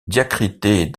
diacritée